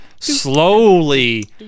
slowly